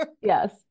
yes